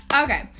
okay